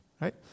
right